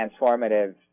transformative